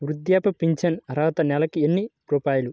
వృద్ధాప్య ఫింఛను అర్హత నెలకి ఎన్ని రూపాయలు?